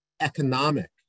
economic